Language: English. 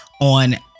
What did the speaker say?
on